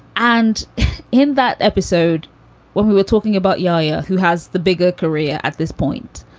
and in that episode when we were talking about yo yo, who has the bigger career at this point?